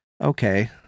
okay